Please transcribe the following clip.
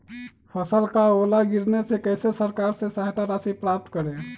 फसल का ओला गिरने से कैसे सरकार से सहायता राशि प्राप्त करें?